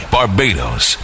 Barbados